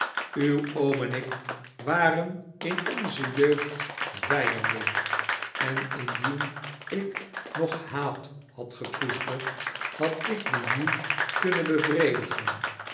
uw oom en ik waren in onze jeugd vijanden en indien ik nog haat had gekoesterd had ik dien nu kunnen beyredigen